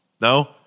No